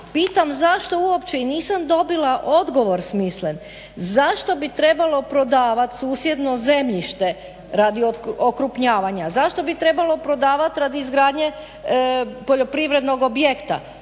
pitam zašto uopće i nisam dobila odgovor smislen zašto bi trebalo prodavati susjedno zemljište radi okrupnjavanja? Zašto bi trebalo prodavati radi izgradnje poljoprivrednog objekta?